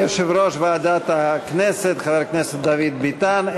תודה ליושב-ראש ועדת הכנסת חבר הכנסת דוד ביטן.